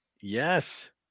Yes